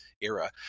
era